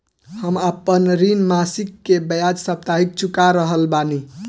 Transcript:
हम आपन ऋण मासिक के बजाय साप्ताहिक चुका रहल बानी